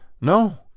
no